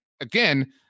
again